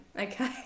okay